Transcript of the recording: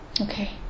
Okay